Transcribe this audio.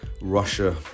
Russia